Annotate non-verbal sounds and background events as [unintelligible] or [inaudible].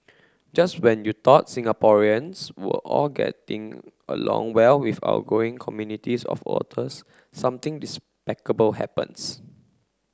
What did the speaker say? just when you thought Singaporeans were all getting along well with our growing communities of otters something [unintelligible] happens